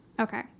Okay